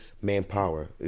manpower